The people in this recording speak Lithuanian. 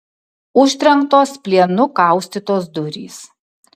užtrenktos plienu kaustytos durys